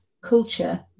culture